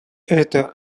это